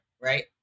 right